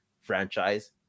franchise